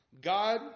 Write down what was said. God